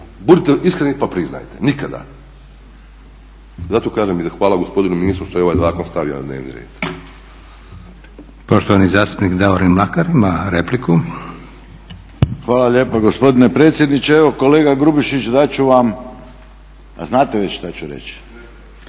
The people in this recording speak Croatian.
budite iskreni pa priznajte, nikada. Zato kažem hvala gospodinu ministru što je ovaj zakon stavio na dnevni